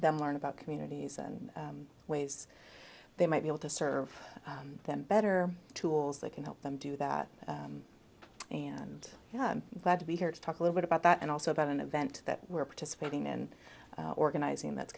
them learn about communities and ways they might be able to serve them better tools that can help them do that and glad to be here to talk a little bit about that and also about an event that we're participating in organizing that's